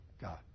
God